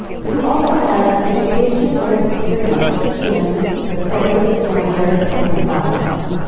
but who also has education or experience in the probate or inherited property process.